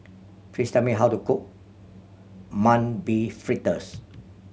please tell me how to cook Mung Bean Fritters